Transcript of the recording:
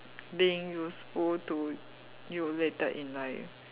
being useful to you later in life